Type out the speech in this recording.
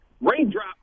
Raindrop